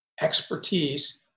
expertise